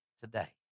today